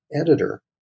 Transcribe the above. editor